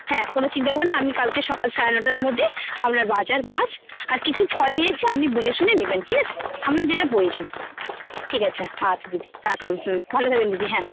হ্যাঁ কোনো চিন্তা করবেন না আমি কালকে সকাল সাড়ে নটার মধ্যে আপনার বাজার মাছ আর কিছু ফল নিয়ে আপনি বুঝেশুনে নেবেন ঠিক আছে আপনার যেটা প্রয়োজন ঠিক আছে আচ্ছা দিদি রাখলাম হুম ভালো থাকবেন দিদি হ্যাঁ